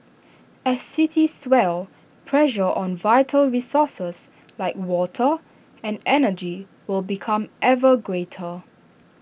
as cities swell pressure on vital resources like water and energy will become ever greater